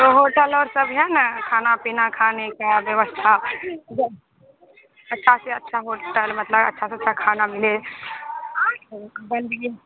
तो होटल और सब है न खाना पीना खाने का व्यवस्था जब अच्छा से अच्छा होटल मतलब अच्छा सा अच्छा खाना मिले